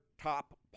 top